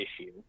issue